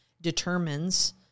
determines